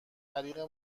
طریق